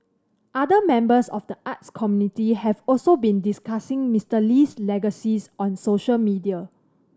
other members of the arts community have also been discussing Mister Lee's legacy on social media